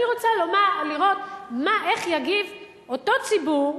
אני רוצה לראות איך יגיב אותו ציבור שבעצם,